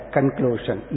Conclusion